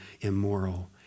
immoral